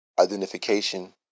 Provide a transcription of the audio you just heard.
identification